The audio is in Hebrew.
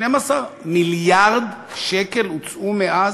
12 מיליארד שקל הוצאו מאז.